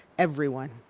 everyone.